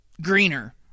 greener